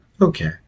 Okay